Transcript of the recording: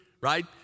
right